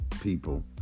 people